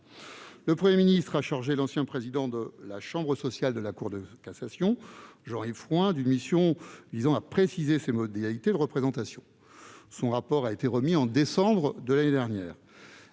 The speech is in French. Le Premier ministre a chargé l'ancien président de la chambre sociale de la Cour de cassation, Jean-Yves Frouin, d'une mission visant à préciser ces modalités de représentation. Son rapport a été remis en décembre de l'année dernière.